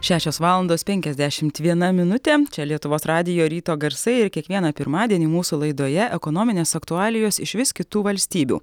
šešios valandos penkiasdešimt viena minutė čia lietuvos radijo ryto garsai ir kiekvieną pirmadienį mūsų laidoje ekonominės aktualijos iš vis kitų valstybių